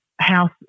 house